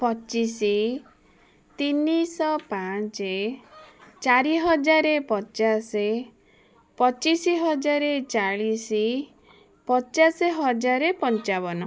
ପଚିଶ ତିନିଶହ ପାଞ୍ଚ ଚାରିହଜାର ପଚାଶ ପଚିଶହଜାର ଚାଳିଶ ପଚାଶହଜାର ପଞ୍ଚାବନ